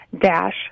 dash